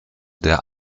der